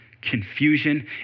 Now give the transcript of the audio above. confusion